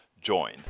join